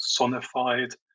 sonified